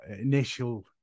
initial